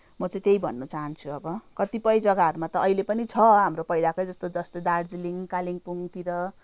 म चाहिँ त्यही भन्नु चाहन्छु अब कतिपय जग्गाहरूमा त अहिले पनि छ हाम्रो पहिलाकै जस्तो जस्तै दार्जिलिङ कालिम्पोङतिर